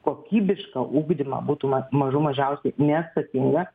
kokybišką ugdymą būtų mažų mažiausiai neatsakinga